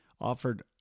offered